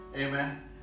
Amen